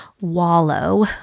wallow